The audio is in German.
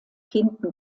hinten